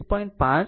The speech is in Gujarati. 5 છે આમ 30